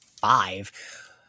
five